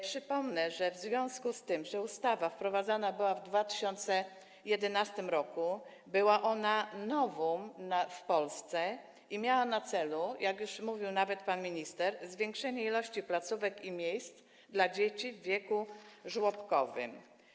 Przypomnę, że w związku z tym, że ustawa wprowadzana była w 2011 r., była novum w Polsce i miała na celu, jak już mówił nawet pan minister, zwiększenie ilości placówek i miejsc dla dzieci w wieku żłobkowym.